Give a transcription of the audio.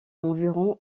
environ